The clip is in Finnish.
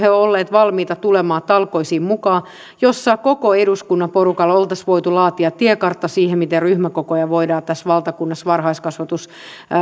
he olleet valmiita tulemaan mukaan talkoisiin jossa koko eduskunnan porukalla oltaisiin voitu laatia tiekartta siihen miten ryhmäkokoja voidaan tässä valtakunnassa